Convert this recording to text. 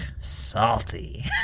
salty